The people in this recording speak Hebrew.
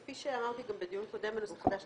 כפי שאמרתי גם בדיון קודם בנושא חדש,